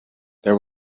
there